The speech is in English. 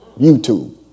YouTube